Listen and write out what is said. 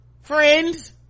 friends